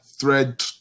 thread